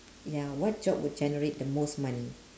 ya what job would generate the most money